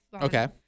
okay